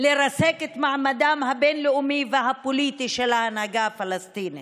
לרסק את מעמדה הבין-לאומי והפוליטי של ההנהגה הפלסטינית.